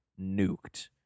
nuked